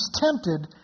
tempted